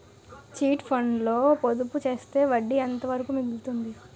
Chit funds లో పొదుపు చేస్తే వడ్డీ ఎంత వరకు మిగులుతుంది?